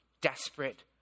desperate